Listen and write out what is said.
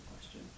question